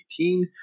2018